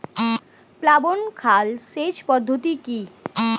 প্লাবন খাল সেচ পদ্ধতি কি?